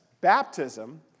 Baptism